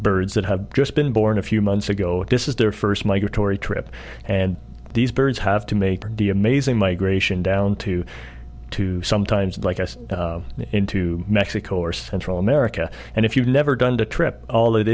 birds that have just been born a few months ago this is their first migratory trip and these birds have to make the amazing migration down to two sometimes like us into mexico or central america and if you've never done the trip all it